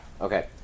Okay